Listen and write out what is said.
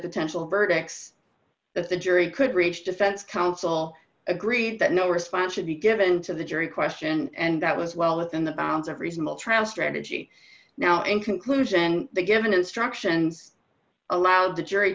potential verdicts that the jury could reach defense counsel agreed that no response should be given to the jury question and that was well within the bounds of reasonable travel strategy now in conclusion and the given instructions allowed the jury